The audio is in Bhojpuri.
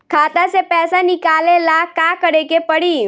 खाता से पैसा निकाले ला का करे के पड़ी?